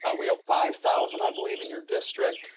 ah we have five thousand i believe in your district.